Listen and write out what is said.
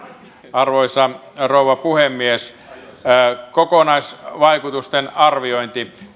arvoisa rouva puhemies kokonaisvaikutusten arviointi